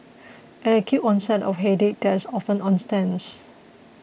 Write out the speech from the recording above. an acute onset of headache that is often